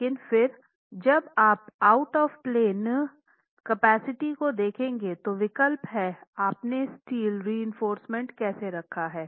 लेकिन फिर जब आप आउट ऑफ़ प्लेन कैपेसिटी को देखे तो विकल्प है आपने स्टील रीइंफोर्स्मेंट कैसे रखा हैं